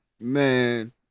Man